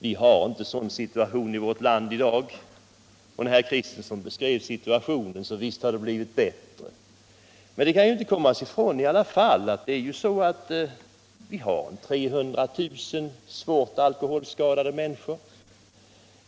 Vi har inte en sådan situation i vårt land i dag. Herr Kristenson beskrev situationen, och visst har det blivit bättre. Men man kan i alla fall inte komma ifrån att vi har 300 000 svårt alkoholskadade människor.